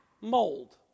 mold